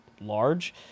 large